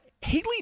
Haley